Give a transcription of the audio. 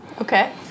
Okay